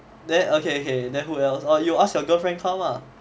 then okay okay then who else or you ask your girlfriend come ah